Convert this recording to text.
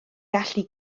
gallu